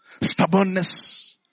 stubbornness